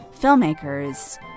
filmmakers